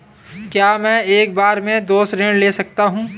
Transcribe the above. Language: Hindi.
क्या मैं एक बार में दो ऋण ले सकता हूँ?